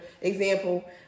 example